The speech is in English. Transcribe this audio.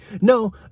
No